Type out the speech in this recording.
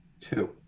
two